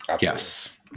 Yes